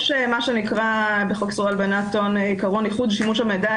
יש מה שנקרא בחוק איסור הלבנת הון עיקרון ייחוד שימוש המידע.